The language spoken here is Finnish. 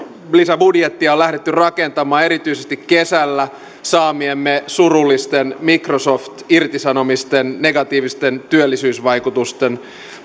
lisäbudjettia on lähdetty rakentamaan erityisesti kesällä saamiemme surullisten microsoft irtisanomisten negatiivisten työllisyysvaikutusten